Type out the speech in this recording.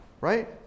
right